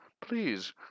Please